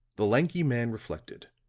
the lanky man reflected.